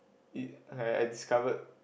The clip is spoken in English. it I I discovered